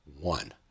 one